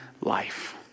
life